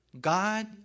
God